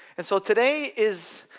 and so today is,